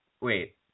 Wait